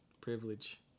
Privilege